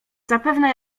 zapewne